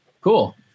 cool